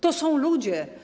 To są ludzie.